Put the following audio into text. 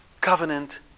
covenant